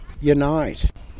unite